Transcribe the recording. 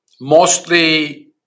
Mostly